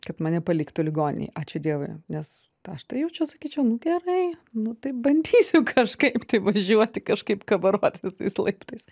kad mane paliktų ligoninėj ačiū dievui nes aš tai jau čia sakyčiau nu gerai nu tai bandysiu kažkaip tai važiuoti kažkaip kabarotis tais laiptais